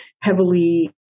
heavily